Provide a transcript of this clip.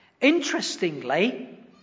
Interestingly